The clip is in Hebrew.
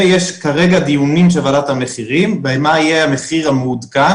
יש כרגע דיונים של ועדת המחירים מה יהיה המחיר המעודכן